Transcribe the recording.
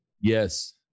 Yes